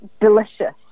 delicious